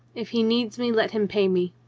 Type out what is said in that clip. if he needs me, let him pay me.